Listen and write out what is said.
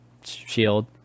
Shield